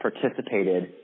participated